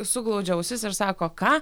suglaudžia ausis ir sako ką